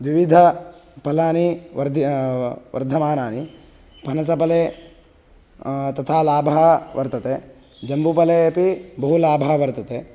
द्विविधफलानि वर्धि वर्धमानानि फनसफले तथा लाभः वर्तते जम्बूफले अपि बहु लाभः वर्तते